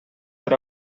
per